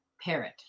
parrot